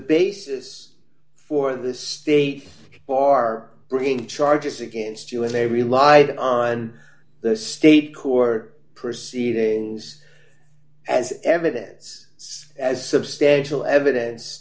basis for the state bar bringing charges against you and they relied on the state court proceedings as evidence as substantial evidence